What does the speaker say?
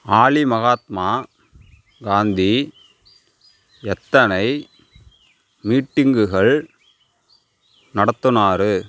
ஆலி மகாத்மா காந்தி எத்தனை மீட்டிங்குகள் நடத்தினாரு